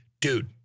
dude